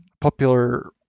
popular